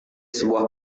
sebuah